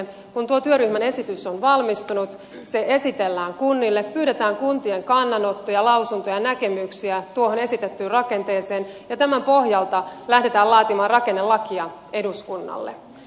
kun tuo työryhmän esitys on valmistunut se esitellään kunnille pyydetään kuntien kannanottoja lausuntoja näkemyksiä tuohon esitettyyn rakenteeseen ja tämän pohjalta lähdetään laatimaan rakennelakia eduskunnalle